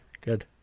good